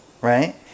right